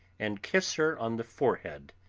and kiss her on the forehead,